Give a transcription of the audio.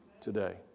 today